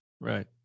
Right